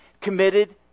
committed